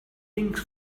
things